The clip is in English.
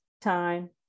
Time